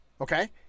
okay